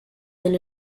than